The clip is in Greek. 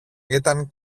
ήταν